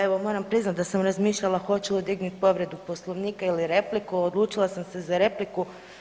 Evo moram priznat da sam već mislila hoću li dignit povredu Poslovnika ili repliku, odlučila sam se za repliku.